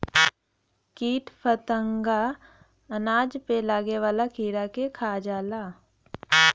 कीट फतंगा अनाज पे लागे वाला कीड़ा के खा जाला